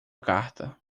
carta